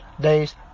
days